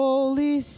Holy